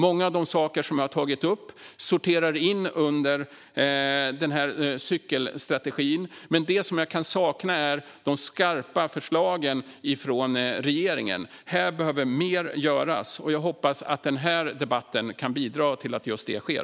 Många av de saker som jag har tagit upp sorterar under cykelstrategin, men det jag kan sakna är de skarpa förslagen från regeringen. Här behöver mer göras, och jag hoppas att denna debatt kan bidra till att det sker.